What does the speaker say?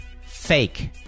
fake